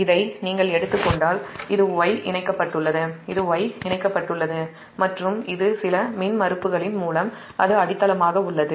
இதை நீங்கள் எடுத்துக் கொண்டால் இது Y இணைக்கப்பட்டுள்ளது மற்றும் இது சில மின்மறுப்புகளின் மூலம் அது அடித்தளமாக உள்ளது